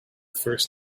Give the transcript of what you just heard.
first